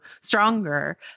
stronger